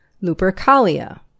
Lupercalia